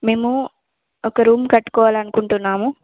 మేము ఒక రూమ్ కట్టుకోవాలి అనుకుంటున్నాము